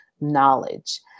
knowledge